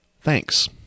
Thanks